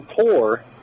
poor